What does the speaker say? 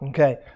Okay